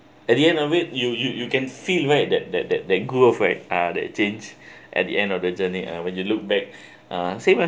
at the end of it you you you can see right that that that that growth like uh that change at the end of the journey uh when you look back uh same lah